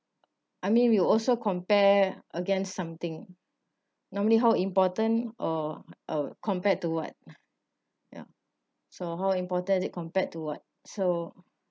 I mean we would also compare against something normally how important or uh compared to what ya so how important it compared to what so